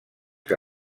que